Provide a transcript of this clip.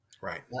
Right